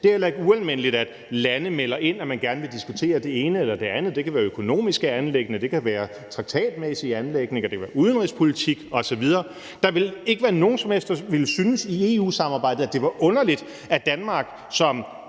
det er heller ikke ualmindeligt, at lande melder ind, at man gerne vil diskutere det ene eller det andet, og det kan være økonomiske anliggender, det kan være traktatmæssige anliggender, det kan være udenrigspolitik osv. Der vil ikke i EU-samarbejdet være nogen som helst, der ville synes, at det var underligt, at Danmark, som